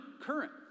current